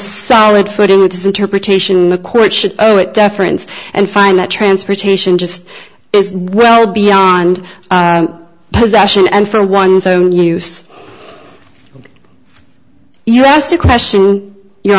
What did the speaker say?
solid footing with his interpretation the court should know it deference and find that transportation just is well beyond possession and for one's own use you asked a question your